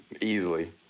Easily